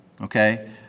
okay